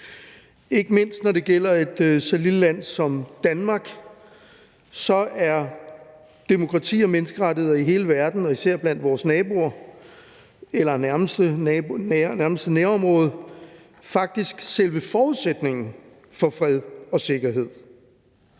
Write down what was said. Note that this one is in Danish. Ikke mindst når det gælder et så lille land som Danmark, er demokrati og menneskerettigheder i hele verden og især blandt vores naboer, eller nærmeste nærområde, faktisk selve forudsætningen for fred og sikkerhed.